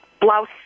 blouse